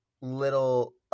little